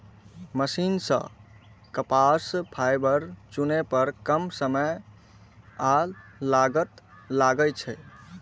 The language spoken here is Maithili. मशीन सं कपास फाइबर चुनै पर कम समय आ लागत लागै छै